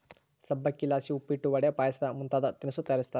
ಸಬ್ಬಕ್ಶಿಲಾಸಿ ಉಪ್ಪಿಟ್ಟು, ವಡೆ, ಪಾಯಸ ಮುಂತಾದ ತಿನಿಸು ತಯಾರಿಸ್ತಾರ